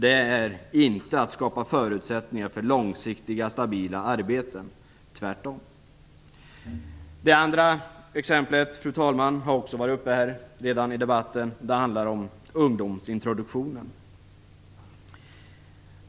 Det är inte att skapa förutsättningar för långsiktiga stabila arbeten, tvärtom. Det andra exemplet, fru talman, har redan tagits upp här i debatten. Det handlar om ungdomsintroduktionen.